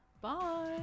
bye